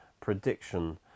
prediction